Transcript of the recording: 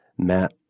Matt